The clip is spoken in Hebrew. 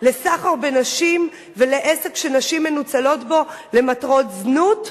לסחר בנשים ולעסק שנשים מנוצלות בו למטרות זנות,